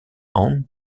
own